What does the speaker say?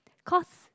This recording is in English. because